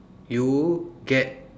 you get